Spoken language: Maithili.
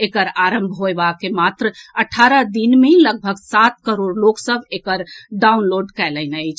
एकर आरंभ होएबा के मात्र अठारह दिन मे लगभग सात करोड़ लोक सभ एकरा डॉउनलोड कएलनि अछि